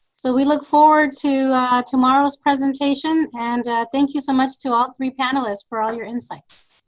so we look forward to tomorrow's presentation. and thank you so much to all three panelists for all your insights.